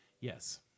yes